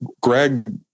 Greg